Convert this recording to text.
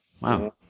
Wow